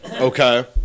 okay